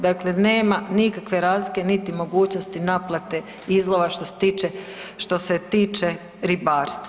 Dakle, nema nikakve razlike niti mogućnosti naplate izlova što se tiče ribarstva.